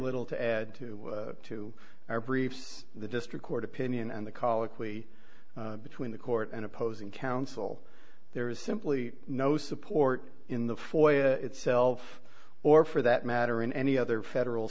little to add to to our briefs the district court opinion and the colloquy between the court and opposing counsel there is simply no support in the foyer itself or for that matter in any other federal